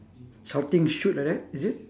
shouting shoot like that is it